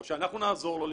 או שאנחנו נעזור לו,